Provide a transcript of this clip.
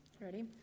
Ready